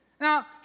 Now